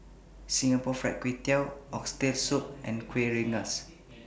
Singapore Fried Kway Tiao Oxtail Soup and Kuih Rengas